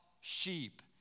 sheep